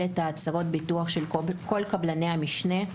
את הצהרות הביטוח של כל קבלני המשנה,